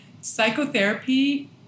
Psychotherapy